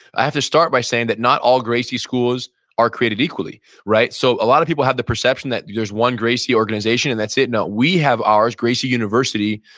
i have to start by saying that not all gracie schools are created equally. a so lot of people have the perception that there's one gracie organization and that's it. no, we have ours, gracie university,